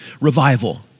revival